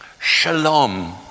Shalom